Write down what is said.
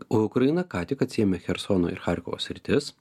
ukraina ką tik atsiėmė chersono ir charkovo sritis